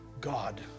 God